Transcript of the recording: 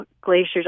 glaciers